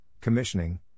commissioning